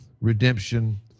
redemption